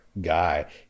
guy